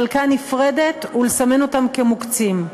חלקה נפרדת ולסמן אותם כמוקצים.